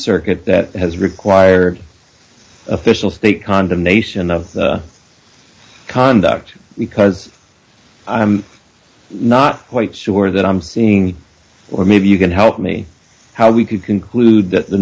circuit that has required official state condemnation of conduct because i'm not quite sure that i'm seeing or maybe you can help me how we could conclude th